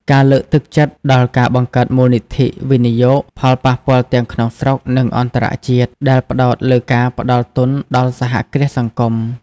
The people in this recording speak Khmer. ការលើកទឹកចិត្តដល់ការបង្កើតមូលនិធិវិនិយោគផលប៉ះពាល់ទាំងក្នុងស្រុក និងអន្តរជាតិ ដែលផ្តោតលើការផ្តល់ទុនដល់សហគ្រាសសង្គម ។